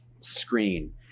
screen